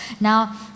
Now